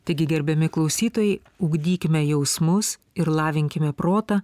taigi gerbiami klausytojai ugdykime jausmus ir lavinkime protą